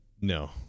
No